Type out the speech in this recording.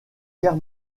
guerre